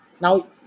Now